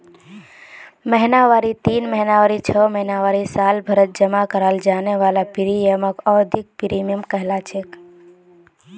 महिनावारी तीन महीनावारी छो महीनावारी सालभरत जमा कराल जाने वाला प्रीमियमक अवधिख प्रीमियम कहलाछेक